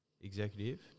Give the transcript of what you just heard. executive